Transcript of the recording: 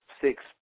six